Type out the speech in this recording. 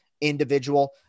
individual